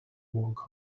walk